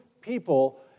people